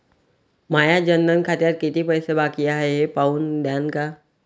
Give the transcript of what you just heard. माया जनधन खात्यात कितीक पैसे बाकी हाय हे पाहून द्यान का?